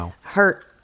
hurt